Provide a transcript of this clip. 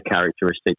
characteristics